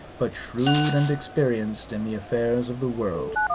but shrewd and experienced in the affairs of the world,